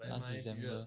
last december